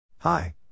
Hi